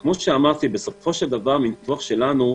כמו שאמרתי, בסופו של דבר, מניתוח שלנו,